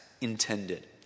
intended